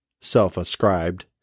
self-ascribed